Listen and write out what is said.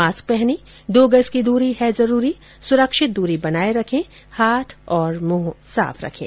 mask पहनें दो गज की दूरी है जरूरी सुरक्षित दूरी बनाए रखें हाथ और मुंह साफ रखें